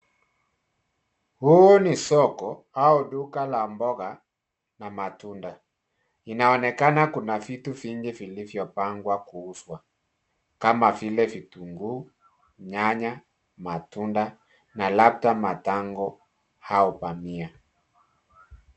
Huu ni soko au duka la mboga na matunda. Inaoenekana kuna vitu vingi vilivyopangwa kuuzwa, kama vile vitunguu, nyanya, matunda, na labda matango, au pamia.